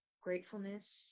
gratefulness